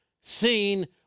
seen